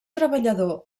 treballador